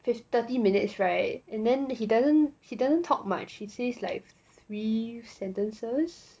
fif~ thirty minutes [right] and then he doesn't he doesn't talk much he says like three sentences